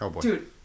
dude